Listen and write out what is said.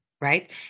right